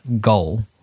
goal